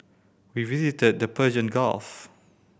we visited the Persian Gulf